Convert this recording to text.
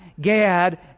Gad